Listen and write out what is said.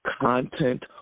Content